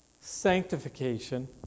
sanctification